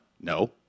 No